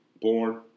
born